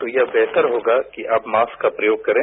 तो यह बेहतर होगा कि आप मास्क का प्रयोग करें